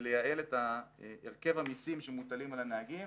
ולייעל את הרכב המיסים שמוטלים על הנהגים